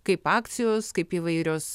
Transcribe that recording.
kaip akcijos kaip įvairios